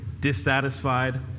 dissatisfied